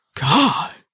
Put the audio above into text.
God